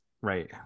Right